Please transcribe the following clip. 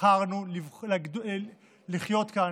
בחרנו לחיות בה,